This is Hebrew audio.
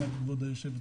כבוד היושב-ראש.